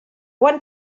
want